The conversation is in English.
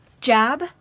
Jab